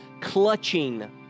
clutching